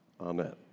Amen